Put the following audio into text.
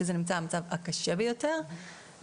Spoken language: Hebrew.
המצב הקשה ביותר,